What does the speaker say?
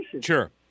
Sure